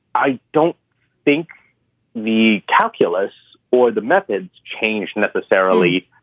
i don't think the calculus or the methods changed necessarily.